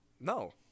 No